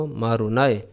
marunai